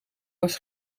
was